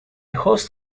host